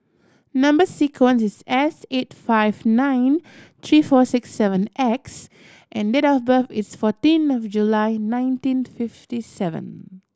number sequence is S eight five nine three four six seven X and date of birth is fourteen of July nineteen fifty seven